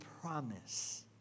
promise